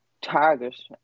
target